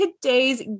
today's